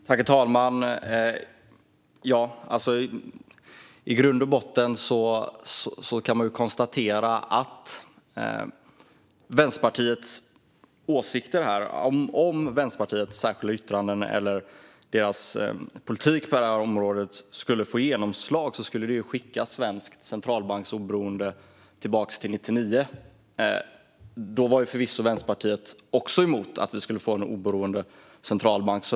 Herr talman! I grund och botten kan man konstatera att om Vänsterpartiets åsikter, särskilda yttranden och politik på det här området skulle få genomslag skulle det skicka svenskt centralbanksoberoende tillbaka till 1999. Då var Vänsterpartiet förvisso också emot en oberoende centralbank.